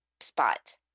spot